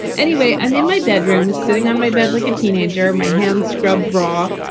anyway, i'm in my bedroom sitting on my bed like a teenager. my hands scrubbed raw,